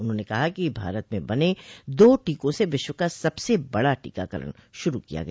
उन्होंन कहा कि भारत में बने दो टीकों से विश्व का सबसे बड़ा टीकाकरण शुरु किया गया